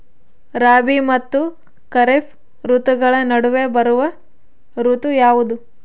ರಾಬಿ ಮತ್ತು ಖಾರೇಫ್ ಋತುಗಳ ನಡುವೆ ಬರುವ ಋತು ಯಾವುದು?